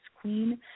queen